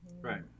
Right